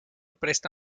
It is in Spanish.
presta